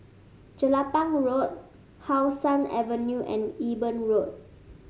Jelapang Road How Sun Avenue and Eben Road